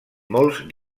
molts